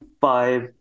five